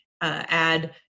add